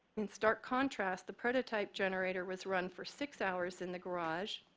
in stark contrast, the prototype generator was run for six hours in the garage.